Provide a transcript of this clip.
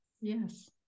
Yes